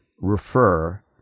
refer